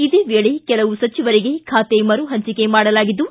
ಇದೇ ವೇಳೆ ಕೆಲವು ಸಚಿವರಿಗೆ ಖಾತೆ ಮರುಹಂಚಿಕೆ ಮಾಡಲಾಗಿದ್ದು